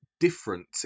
Different